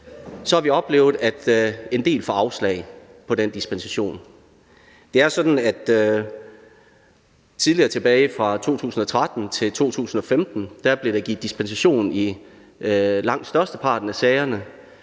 så har vi oplevet, at en del får afslag på den dispensation. Det er jo sådan, at der tidligere, tilbage fra 2013 til 2015, blev givet dispensation i langt størsteparten af sagerne,